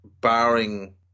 barring